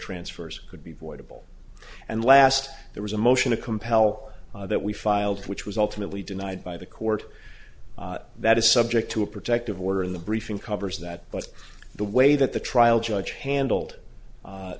transfers could be voidable and last there was a motion to compel that we filed which was ultimately denied by the court that is subject to a protective order in the briefing covers that but the way that the trial judge handled